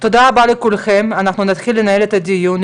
תודה רבה לכולכם, אנחנו נתחיל לנהל את הדיון.